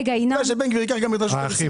בן גביר ייקח גם את רשות המיסים.